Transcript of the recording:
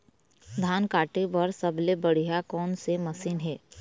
धान काटे बर सबले बढ़िया कोन से मशीन हे?